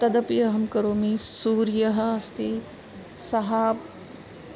तदपि अहं करोमि सूर्यः अस्ति सः